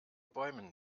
bäumen